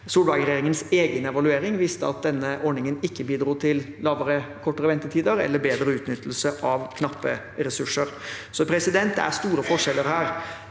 Solberg-regjeringens egen evaluering viste at denne ordningen ikke bidro til kortere ventetider eller bedre utnyttelse av knappe ressurser. Det er store forskjeller her.